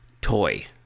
Toy